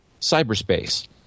Cyberspace